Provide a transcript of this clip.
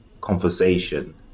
conversation